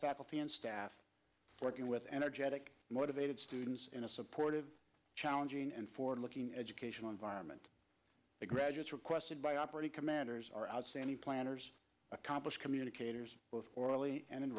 faculty and staff working with energetic motivated students in a supportive challenging and forward looking educational environment the graduates requested by operating commanders are outstanding planners accomplished communicators orally and